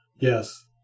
Yes